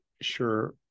sure